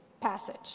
passage